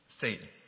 Satan